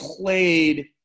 played